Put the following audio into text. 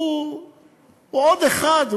הוא עוד אחד.